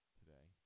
today